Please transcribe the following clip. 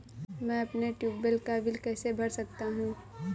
मैं अपने ट्यूबवेल का बिल कैसे भर सकता हूँ?